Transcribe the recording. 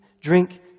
drink